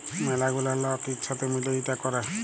ম্যালা গুলা লক ইক সাথে মিলে ইটা ক্যরে